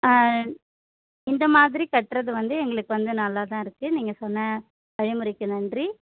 ஆ இந்தமாதிரி கட்டுறது வந்து எங்களுக்கு வந்து நல்லா தான் இருக்குது நீங்கள் சொன்ன வழிமுறைக்கு நன்றி